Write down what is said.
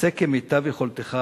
תעשה כמיטב יכולתך,